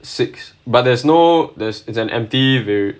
six but there's no it's an empty var~